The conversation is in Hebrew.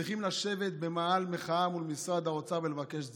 צריכים לשבת במאהל מחאה מול משרד האוצר ולבקש צדקה.